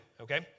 okay